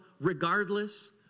regardless